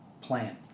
plan